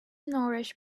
nourished